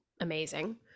amazing